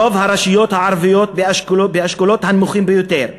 רוב הרשויות הערביות באשכולות הנמוכים ביותר,